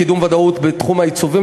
קידום ודאות בתחום העיצובים,